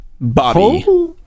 Bobby